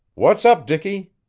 what's up, dicky?